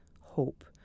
hope